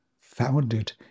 founded